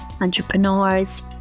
entrepreneurs